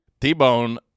T-Bone